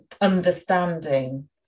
understanding